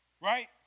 Right